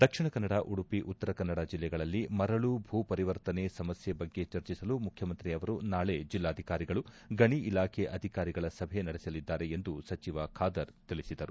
ದಕ್ಷಿಣ ಕನ್ನಡ ಉಡುಪಿ ಉತ್ತರ ಕನ್ನಡ ಜಿಲ್ಲೆಗಳಲ್ಲಿ ಮರಳು ಭೂ ಪರಿವರ್ತನೆ ಸಮಸ್ಕೆ ಬಗ್ಗೆ ಚರ್ಚಿಸಲು ಮುಖ್ಯಮಂತ್ರಿ ಅವರು ನಾಳೆ ಜಿಲ್ಲಾಧಿಕಾರಿಗಳು ಗಣಿ ಇಲಾಖೆ ಅಧಿಕಾರಿಗಳ ಸಭೆ ನಡೆಸಲಿದ್ದಾರೆ ಎಂದು ಸಚಿವ ಖಾದರ್ ತಿಳಿಸಿದರು